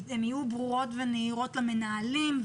הן יהיו ברורות ונהירות למנהלים,